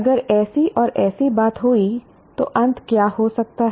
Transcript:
अगर ऐसी और ऐसी बात हुई तो अंत क्या हो सकता है